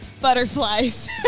butterflies